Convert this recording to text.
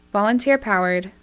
Volunteer-powered